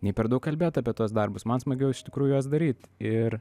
nei per daug kalbėt apie tuos darbus man smagiau iš tikrųjų juos daryt ir